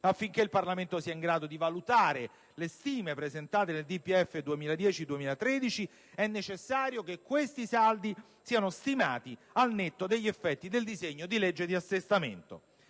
Affinché il Parlamento sia in grado di valutare le stime presentate nel DPEF 2010-2013, è necessario che questi saldi siano stimati al netto degli effetti del disegno di legge di assestamento.